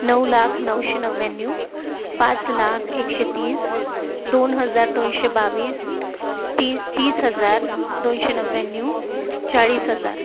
नऊ लाख नऊशे नव्याण्णव पाच लाख एकशे तीस दोन हजार दोनशे बावीस ती तीस हजार दोनशे नव्याण्णव चाळीस हजार